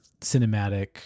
cinematic